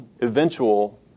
eventual